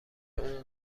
اون